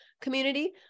community